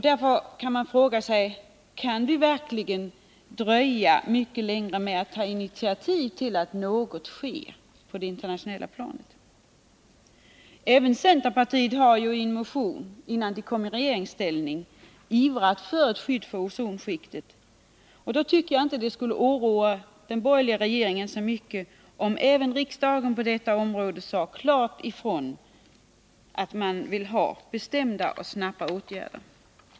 Därför kan man fråga sig om vi verkligen kan dröja mycket längre med att ta initiativ, så att något sker på det internationella planet. Även centerpartiet har i en motion, innan partiet kom i regeringsställning, ivrat för ett skydd för ozonskiktet. Då borde det inte oroa den borgerliga regeringen så mycket, om även riksdagen klart sade ifrån att den på detta område vill ha bestämda och snara åtgärder.